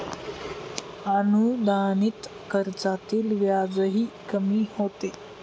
अनुदानित कर्जातील व्याजही कमी होते